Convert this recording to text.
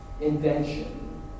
invention